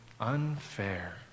unfair